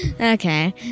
Okay